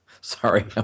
sorry